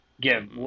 give